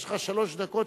יש לך שלוש דקות,